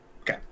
Okay